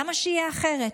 למה שיהיה אחרת?